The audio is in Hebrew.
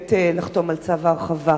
ולחתום על צו ההרחבה.